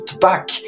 back